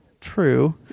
true